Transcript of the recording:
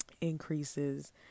increases